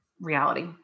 reality